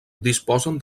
disposen